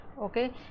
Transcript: okay